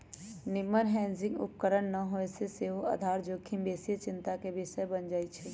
निम्मन हेजिंग उपकरण न होय से सेहो आधार जोखिम बेशीये चिंता के विषय बन जाइ छइ